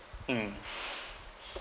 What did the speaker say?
mm